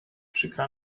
przykra